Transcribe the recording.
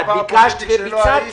את ביקשת וביצעתי.